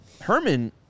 Herman